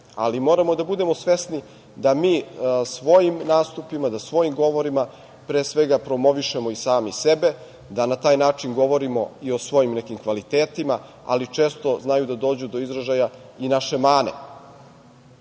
ali moramo da budemo svesni da mi svojim nastupima, da svojim govorima pre svega promovišemo sami sebe, da na taj način govorimo i o svojim nekim kvalitetima, ali često znaju da dođu do izražaja i naše mane. Ne